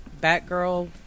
Batgirl